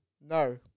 No